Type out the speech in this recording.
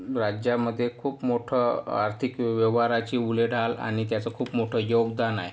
राज्यामध्ये खूप मोठं आर्थिक व्यवहाराची उलाढाल आणि त्याचं खूप मोठं योगदान आहे